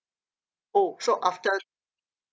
oh so after